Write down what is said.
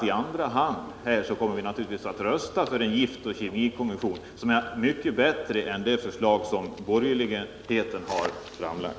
I andra hand kommer vi naturligtvis att rösta för förslaget om en giftoch kemikommission, vilket är mycket bättre än borgerlighetens förslag.